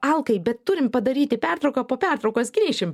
alkai bet turim padaryti pertrauką po pertraukos grįšim